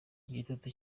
igitutu